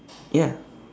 ya